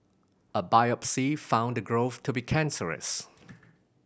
a biopsy found the growth to be cancerous